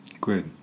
Good